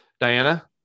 Diana